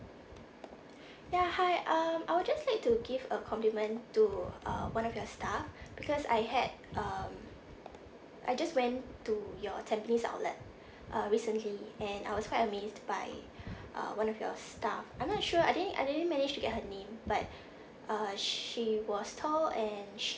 ya hi um I would just like to give a compliment to uh one of your staff because I had um I just went to your tampines outlet uh recently and I was quite amazed by uh one of your staff I'm not sure I think I didn't manage to get her name but uh she was tall and she